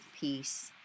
peace